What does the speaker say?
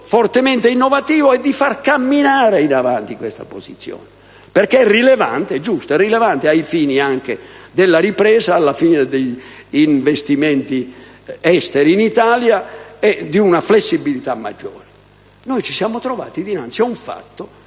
del 28 giugno 2011 e di far camminare in avanti questa posizione perché è rilevante e giusta ai fini della ripresa, degli investimenti esteri in Italia e di una flessibilità maggiore. Noi ci siamo trovati dinanzi a un fatto